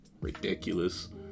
ridiculous